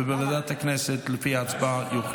ובוועדת הכנסת יוחלט לפי ההצבעה.